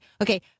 Okay